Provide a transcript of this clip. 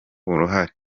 uruhare